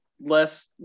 less